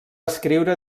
escriure